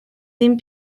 dim